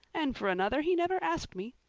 and for another he never asked me.